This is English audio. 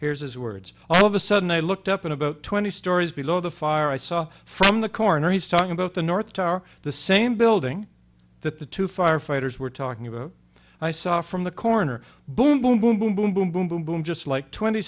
here's his words all of a sudden i looked up in about twenty stories below the fire i saw from the corner he's talking about the north tower the same building that the two firefighters were talking about i saw from the corner boom boom boom boom boom boom boom boom boom just like twenty